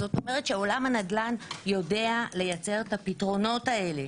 זאת אומרת שעולם הנדל"ן יודע לייצר את הפתרונות האלה.